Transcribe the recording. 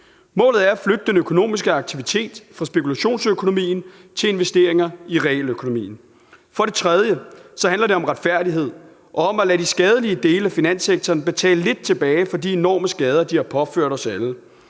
Målet er at flytte den økonomiske aktivitet fra spekulationsøkonomien til investeringer i realøkonomien. For det tredje handler det om retfærdighed og om at lade de skadelige dele af finanssektoren betale lidt tilbage for de enorme skader, de har påført os alle.